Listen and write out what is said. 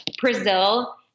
Brazil